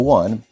one